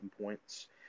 points